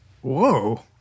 whoa